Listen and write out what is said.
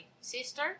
sister